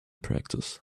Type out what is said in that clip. practice